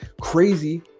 Crazy